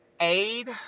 aid